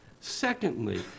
Secondly